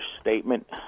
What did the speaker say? statement